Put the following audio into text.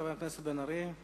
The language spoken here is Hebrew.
חבר הכנסת מיכאל בן-ארי.